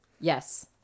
Yes